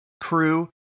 crew